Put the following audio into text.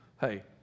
Hey